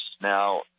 Now